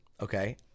okay